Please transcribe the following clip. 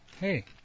Hey